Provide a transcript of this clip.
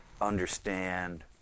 understand